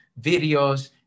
videos